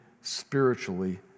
spiritually